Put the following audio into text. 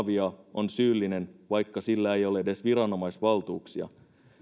on syyllinen vaikka sillä ei ole edes viranomaisvaltuuksia